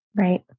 right